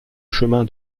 chemin